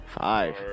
Five